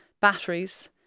batteries